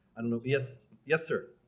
anubias yes sir